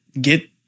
get